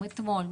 אתמול,